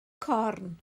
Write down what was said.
corn